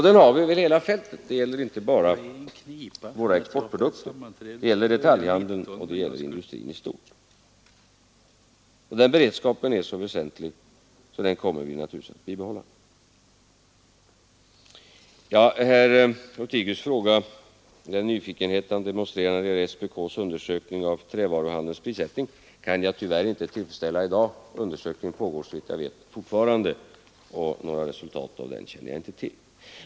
Den har vi över hela fältet. Det gäller inte bara våra exportprodukter, utan det gäller detaljhandeln och industrin i stort, och den beredskapen är så väsentlig att vi naturligtvis kommer att bibehålla den. Den nyfikenhet herr Lothigius demonstrerar när det gäller SPK:s undersökning av trävaruhandelns prissättning kan jag tyvärr inte tillfredsställa i dag. Undersökningen pågår såvitt jag vet fortfarande, och några resultat av den känner jag inte till.